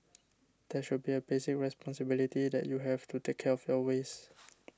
there should be a basic responsibility that you have to take care of your waste